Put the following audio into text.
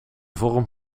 vorm